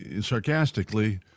sarcastically